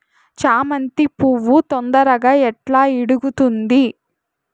చామంతి పువ్వు తొందరగా ఎట్లా ఇడుగుతుంది?